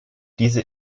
diese